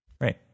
right